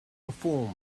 perform